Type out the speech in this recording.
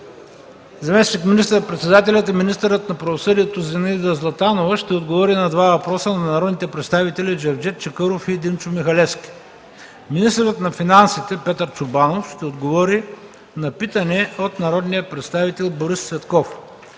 заместник министър-председателят и министър на правосъдието Зинаида Златанова ще отговори на два въпроса на народните представители Джевдет Чакъров и Димчо Михалевски; - министърът на финансите Петър Чобанов ще отговори на питане от народния представител Борис Цветков;